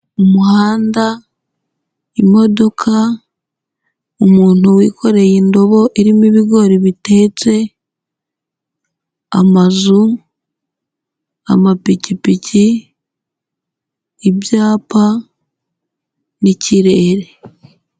Umuhanda, imodoka, umuntu wikoreye indobo irimo ibigori bitetse, amazu, amapikipiki, ibyapa n'ikirere.